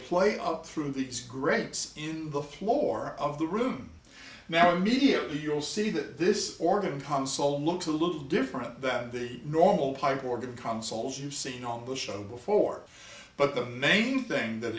play out through these grates in the floor of the room now immediately you'll see that this organ console looks a little different than the normal pipe organ consuls you've seen on the show before but the main thing that